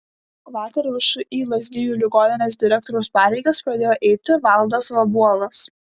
vakar všį lazdijų ligoninės direktoriaus pareigas pradėjo eiti valdas vabuolas